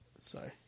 Sorry